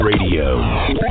Radio